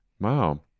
Wow